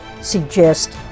suggest